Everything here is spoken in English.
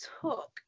took